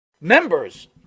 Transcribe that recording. Members